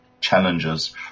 challenges